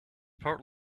part